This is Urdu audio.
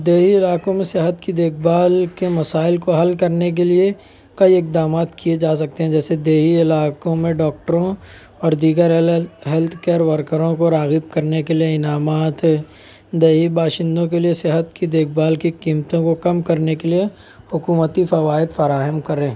دیہی علاقوں میں صحت کی دیکھ بھال کے مسائل کو حل کرنے کے لئے کئی اقدامات کئے جا سکتے ہیں جیسے دیہی علاقوں میں ڈاکٹروں اور دیگر ایل ایل ہیلتھ کیئر ورکروں کو راغب کرنے کے لئے انعامات دیہی باشندوں کے لئے صحت کی دیکھ بھال کی قیمتوں کو کم کرنے کے لئے حکومتی فوائد فراہم کریں